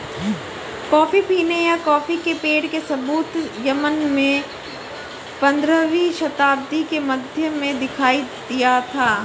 coffee पीने या coffee के पेड़ के सबूत यमन में पंद्रहवी शताब्दी के मध्य में दिखाई दिया था